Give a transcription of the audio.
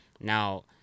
Now